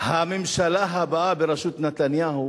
הממשלה הבאה בראשות נתניהו